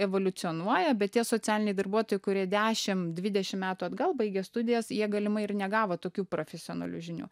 evoliucionuoja bet tie socialiniai darbuotojai kurie dešim dvidešim metų atgal baigė studijas jie galimai ir negavo tokių profesionalių žinių